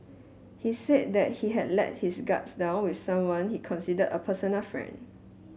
he said that he had let his guards down with someone he considered a personal friend